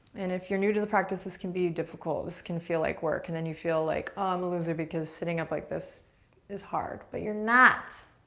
and if you're new to the practice, this can be difficult, this can feel like work and then you feel like, aw, ah i'm a loser because sitting up like this is hard. but you're not,